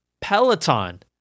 Peloton